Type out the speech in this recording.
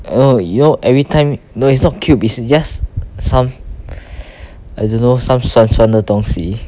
you know you know every time no it's not cube it's just some I don't know some 酸酸的东西